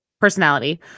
personality